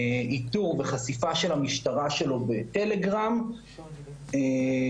איתור וחשיפה של המשטרה אותו בטלגרם והמקרה